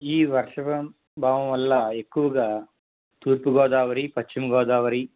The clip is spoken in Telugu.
ఈ వర్షం భావం వల్ల ఎక్కువగా తూర్పుగోదావరి పశ్చిమగోదావరి కృష్ణాజిల్లాలో